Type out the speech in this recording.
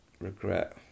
Regret